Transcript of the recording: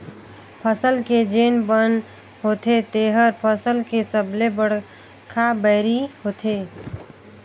फसल के जेन बन होथे तेहर फसल के सबले बड़खा बैरी होथे